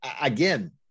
again